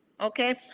Okay